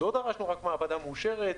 לא דרשנו רק מעבדה מאושרת,